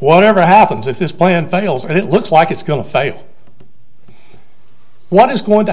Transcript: whatever happens if this plan fails and it looks like it's going to fail what is going to